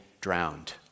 drowned